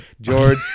George